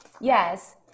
Yes